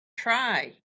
try